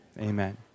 Amen